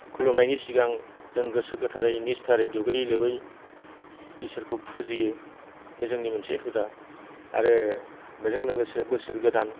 खुलुमनायनि सिगां जों गोसो गोथारै निस्थारै दुगैयै लोबै इसोरखौ फुजियो बे जोंनि मोनसे हुदा आरो बेजों लोगोसे बोसोर गोदान